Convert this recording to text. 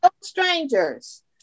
strangers